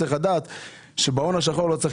על כך שכדי להילחם בהון השחור לא צריך